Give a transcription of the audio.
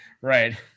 Right